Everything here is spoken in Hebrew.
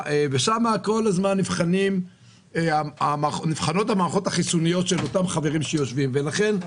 שם כל הזמן נבחנות המערכות החיסוניות של אותם חברים שיושבים בוועדה.